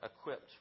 equipped